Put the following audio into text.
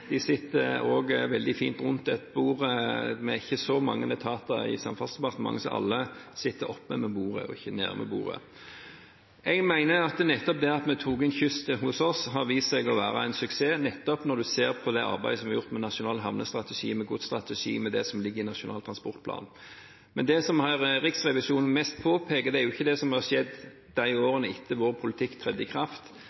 De sitter også veldig fint rundt et bord – vi er ikke så mange etater i Samferdselsdepartementet, så alle sitter oppe ved bordet og ikke nede ved bordet. Jeg mener at det at vi tok inn kyst hos oss, har vist seg å være en suksess nettopp når man ser på det arbeidet som er gjort med nasjonal havnestrategi, med godsstrategi, med det som ligger i Nasjonal transportplan. Men det som Riksrevisjonen mest påpeker, er ikke det som har skjedd